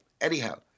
anyhow